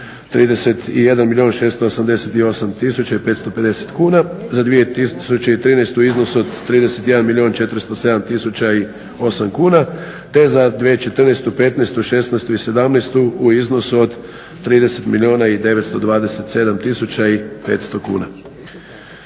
31 688 550 kuna, za 2013.u iznosu od 31 407 008, te za 2014., 2015.,2016. i 2017.u iznosu od 31 927 500 kuna.